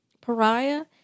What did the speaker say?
Pariah